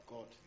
God